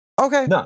Okay